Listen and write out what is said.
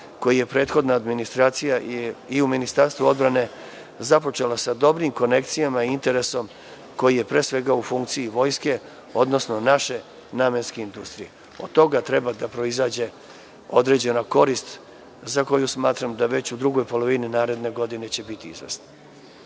koji je prethodna administracija i u Ministarstvu odbrane započela sa dobrim konekcijama i interesom, koji je pre svega u funkciji vojske, odnosno naše namenske industrije. Od toga treba da proizađe određena korist za koju smatram da će već u drugoj polovini naredne godine biti izvesna. Što